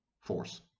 force